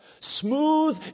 Smooth